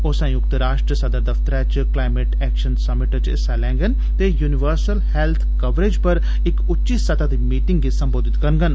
ओह संयुक्त राष्ट्र सदर दफ्तरै च क्लाइमेट एक्शन सम्मिट च हिस्सा लैंगन ते यूनीवर्सल हैल्थ कवरेज पर इक उच्ची सतह दी मीटिंग गी संबोधत करगंन